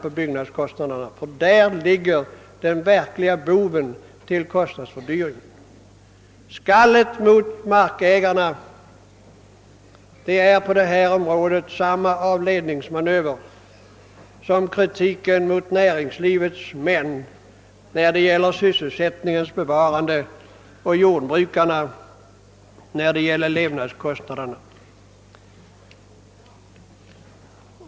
Här har vi nämligen den verkliga boven då det gäller kostnadshöjningen. Skallet mot markägarna är på detta område samma avledningsmanöver som kritiken mot näringslivets män när det gäller sysselsättningens bevarande och mot jordbrukarna i fråga om levnadskostnaderna.